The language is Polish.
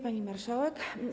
Pani Marszałek!